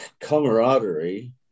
camaraderie